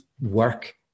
work